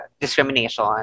discrimination